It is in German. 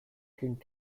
ging